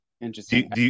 Interesting